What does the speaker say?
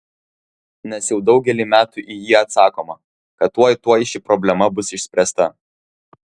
nes jau daugelį metų į jį atsakoma kad tuoj tuoj ši problema bus išspręsta